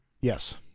yes